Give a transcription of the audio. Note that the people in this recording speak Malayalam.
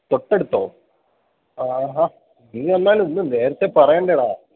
തൊട്ടടുത്തോ ആഹാ നീ എന്നാലുമൊന്ന് നേരത്തെ പറയേണ്ടേ ടാ